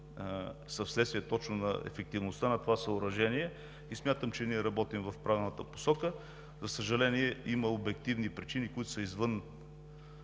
са в следствие точно на ефективността на това съоръжение и смятам, че работим в правилната посока. За съжаление, има обективни причини, които са извън